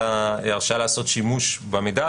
ואתם מציעים עכשיו לקרוא לרשם "הממונה",